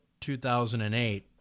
2008